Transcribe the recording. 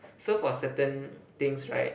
so for certain things right